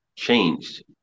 changed